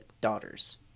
daughters